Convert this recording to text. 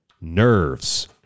Nerves